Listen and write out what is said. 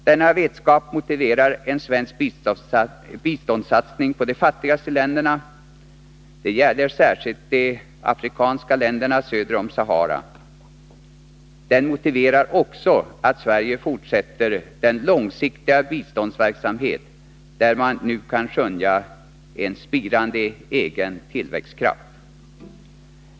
Denna vetskap motiverar en svensk biståndssatsning på de fattigaste länderna. Det gäller särskilt de afrikanska länderna söder om Sahara. Den motiverar också att Sverige fortsätter den långsiktiga biståndsverksamhet där man nu kan skönja en spirande egen tillväxtkraft.